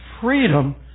freedom